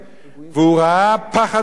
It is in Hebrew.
והוא ראה פחד אימים.